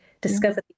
discover